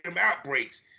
outbreaks